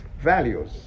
Values